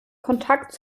kontakt